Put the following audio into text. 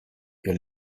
ihr